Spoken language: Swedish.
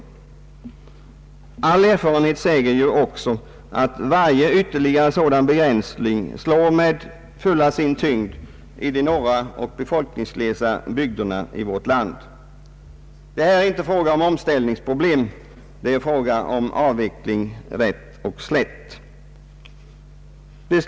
All erfarenhet säger också att varje ytterligare sådan begränsning slår med sin fulla tyngd i de norra och befolkningsglesa bygderna av vårt land. Det är här inte fråga om omställningsproblem. Det är rätt och slätt fråga om avveckling. Til!